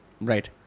Right